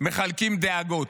מחלקים דאגות.